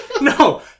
no